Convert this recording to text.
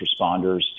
responders